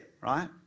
right